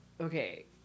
okay